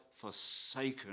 forsaken